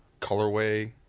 colorway